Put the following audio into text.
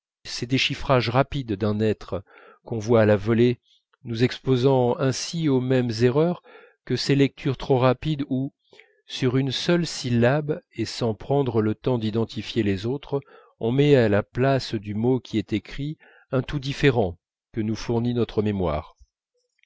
ces déchiffrages rapides d'un être qu'on voit à la volée nous exposant ainsi aux mêmes erreurs que ces lectures trop rapides où sur une seule syllabe et sans prendre le temps d'identifier les autres on met à la place du mot qui est écrit un tout différent que nous fournit notre mémoire